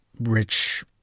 rich